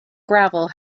gravel